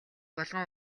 булган